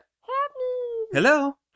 Hello